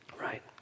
Right